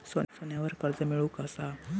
सोन्यावर कर्ज मिळवू कसा?